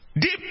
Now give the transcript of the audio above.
Deep